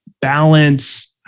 balance